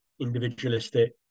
individualistic